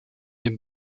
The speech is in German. dem